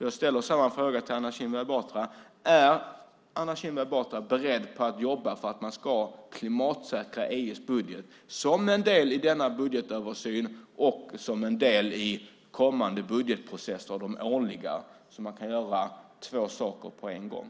Jag ställer samma fråga till Anna Kinberg Batra: Är Anna Kinberg Batra beredd att jobba för att man ska klimatsäkra EU:s budget som en del i budgetöversynen och som en del i de kommande årliga budgetprocesserna, så att man kan göra två saker på en gång?